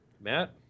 Matt